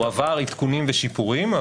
הוא עבר עדכונים ושיפורים,